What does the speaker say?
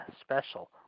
special